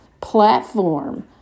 platform